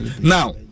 Now